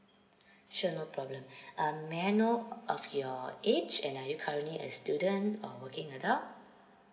sure no problem um may I know of your age and are you currently a student or working adult